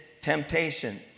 temptation